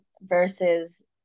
versus